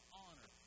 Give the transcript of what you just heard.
honor